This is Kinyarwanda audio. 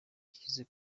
yashyize